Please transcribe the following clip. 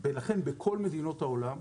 לכן, בכל מדינות העולם,